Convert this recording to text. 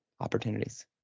opportunities